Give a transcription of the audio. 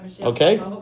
Okay